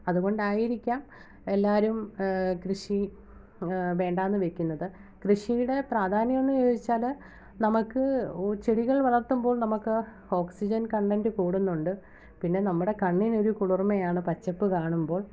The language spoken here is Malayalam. അതുകൊണ്ടായിരിക്കാം എല്ലാവരും കൃഷി വേണ്ടാന്ന് വെക്കുന്നത് കൃഷിയുടെ പ്രാധാന്യവെന്ന് ചോദിച്ചാല് നമുക്ക് ചെടികൾ വളർത്തുമ്പോൾ നമുക്ക് ഓക്സിജൻ കണ്ടൻറ്റ് കൂടുന്നുണ്ട് പിന്നെ നമ്മുടെ കണ്ണിനൊര് കുളിർമ്മയാണ് പച്ചപ്പ് കാണുമ്പോൾ